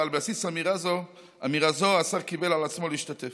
ועל בסיס אמירה זו השר קיבל על עצמו להשתתף.